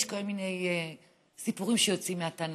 יש כל מיני סיפורים שיוצאים מהתנ"ך,